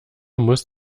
muss